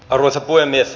arvoisa puhemies